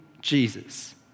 Jesus